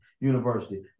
University